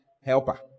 helper